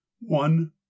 one